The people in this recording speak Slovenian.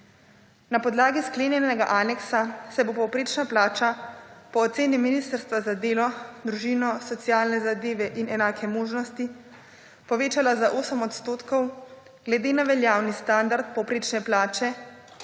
Na podlagi sklenjenega aneksa se bo povprečna plača po oceni Ministrstva za delo, družino, socialne zadeve in enake možnosti povečala za 8 odstotkov glede na veljavni standard povprečne plače,